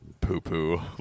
poo-poo